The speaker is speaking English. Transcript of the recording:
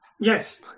Yes